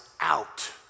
out